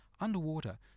underwater